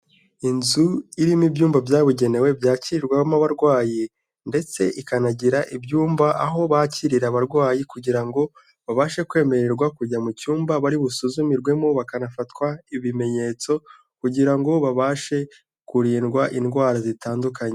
Inzu irimo ibyumba byabugenewe byakirwamo abarwayi ndetse ikanagira ibyumba aho bakirira abarwayi kugira ngo babashe kwemererwa kujya mu cyumba bari busuzumirwemo bakanafatwa ibimenyetso kugira ngo babashe kurindwa indwara zitandukanye.